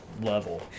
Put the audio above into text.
level